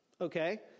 okay